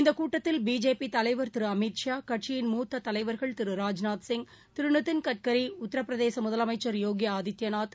இந்தகூட்டத்தில் பிஜேபிதலைவர் திருஅமித்ஷா கட்சியின் முத்ததலைவர்கள் திரு ராஜ்நாத்சிய் திருநிதின் கட்கரி உத்திரபிரதேசமுதலமைச்சர் யோகிஆதித்யநாத்